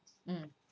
mm